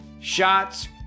Shots